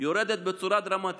יורדת בצורה דרמטית.